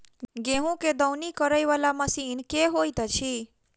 गेंहूँ केँ दौनी करै वला मशीन केँ होइत अछि?